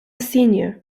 senior